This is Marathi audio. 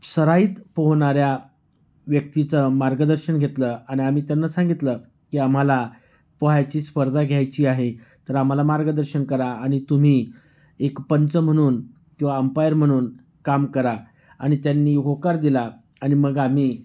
सराईत पोहणाऱ्या व्यक्तीचं मार्गदर्शन घेतलं आणि आम्ही त्यांना सांगितलं की आम्हाला पोहायची स्पर्धा घ्यायची आहे तर आम्हाला मार्गदर्शन करा आणि तुम्ही एक पंच म्हणून किंवा अंपायर म्हणून काम करा आणि त्यांनी होकार दिला आणि मग आम्ही